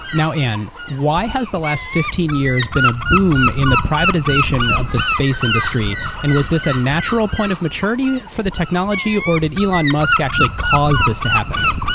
ann, why has the last fifteen years been a boom in the privatization of the space industry? and was this a natural point of maturity for the technology or did elon musk actually cause this to happen?